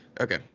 Okay